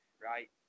right